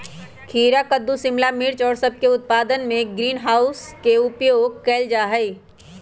खीरा कद्दू शिमला मिर्च और सब के उत्पादन में भी ग्रीन हाउस के उपयोग कइल जाहई